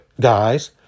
guys